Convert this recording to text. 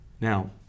Now